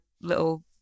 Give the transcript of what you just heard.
little